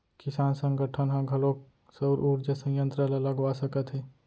किसान संगठन ह घलोक सउर उरजा संयत्र ल लगवा सकत हे